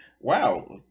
wow